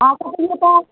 अँ